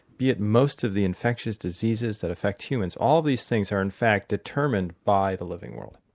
be it most of the infectious diseases that affect humans, all these things are in fact determined by the living world.